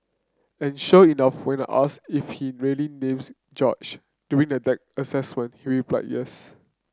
and sure enough when I asked if he really names George during the deck assessment he replied yes